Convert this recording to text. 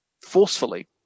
forcefully